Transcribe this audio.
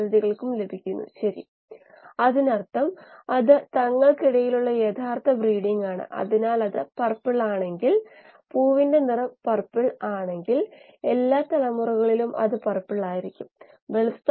ദ്രാവകം ചലിക്കുന്നതിനാൽ വേഗത ഗ്രേഡിയന്റുകൾ വരുന്നു അവിടെയുള്ള അജിറ്റേഷൻ അല്ലെങ്കിൽ എയറേഷൻ എന്നിവ കാരണം ദ്രാവകം നീങ്ങുന്നു